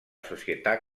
società